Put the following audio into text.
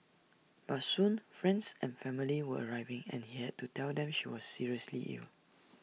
but soon friends and family were arriving and he had to tell them she was seriously ill